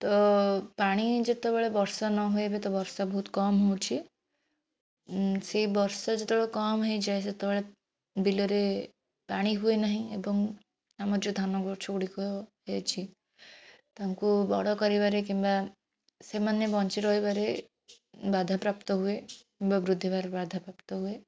ତ ପାଣି ଯେତେବେଳେ ବର୍ଷା ନ ହୁଏ ଏବେ ତ ବର୍ଷା ବହୁତ କମ୍ ହେଉଛି ସେଇ ବର୍ଷା ଯେତେବେଳେ କମ୍ ହେଇଯାଏ ସେତେବେଳେ ବିଲରେ ପାଣି ହୁଏ ନାହିଁ ଏବଂ ଆମ ଯେଉଁ ଧାନ ଗଛ ଗୁଡ଼ିକ ହେଇଛି ତାଙ୍କୁ ବଡ଼ କରିବାରେ କିମ୍ବା ସେମାନେ ବଞ୍ଚି ରହିବାରେ ବାଧାପ୍ରାପ୍ତ ହୁଏ କିମ୍ବା ବୃଦ୍ଧି ହେବାରେ ବାଧାପ୍ରାପ୍ତ ହୁଏ